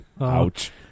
Ouch